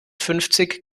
fünfzig